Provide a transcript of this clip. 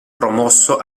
promosso